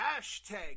hashtag